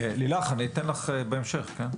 לילך אני אתן לך בהמשך כן.